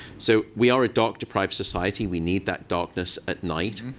so we are a dark-deprived society. we need that darkness at night.